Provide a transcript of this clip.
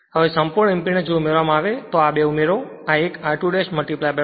હવે સંપૂર્ણ ઇંપેડન્સ જો ઉમેરવામાં આવે છે તો તે આ બે ઉમેરો આ એક r2 1 SS છે